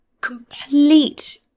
complete